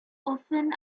often